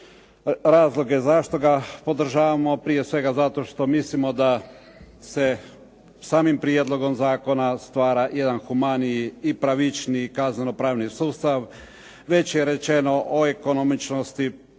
razloge zašto ga podržavamo. Prije svega zato što mislimo da se samim prijedlogom zakona stvara jedan humaniji i pravičniji kazneno-pravni sustav. Već je rečeno o ekonomičnosti